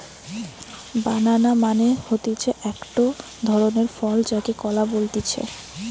বানানা মানে হতিছে একটো ধরণের ফল যাকে কলা বলতিছে